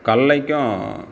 கடலைக்கும்